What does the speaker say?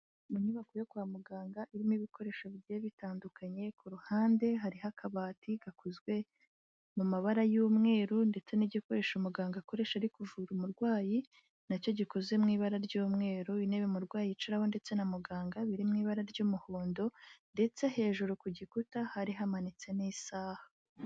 Mu nyubako yo kwa muganga irimo ibikoresho bigiye bitandukanye, ku ruhande hariho akabati gakozwe mu mabara y'umweru ndetse n'igikoresho umuganga akoresha ari kuvura umurwayi na cyo gikoze mu ibara ry'umweru, intebe umurwayi yicaraho ndetse na muganga biri mu ibara ry'umuhondo ndetse hejuru ku gikuta hari hamanitse n'isaha.